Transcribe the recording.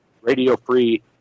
radio-free